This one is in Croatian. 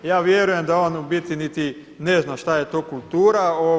Ja vjerujem da on u biti niti ne zna šta je to kultura.